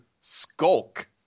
skulk